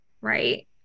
right